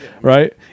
right